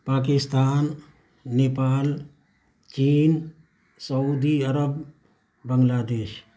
پاکستان نیپال چین سعودی عرب بنگلہ دیش